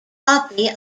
coffee